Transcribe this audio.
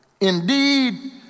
indeed